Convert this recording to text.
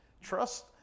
Trust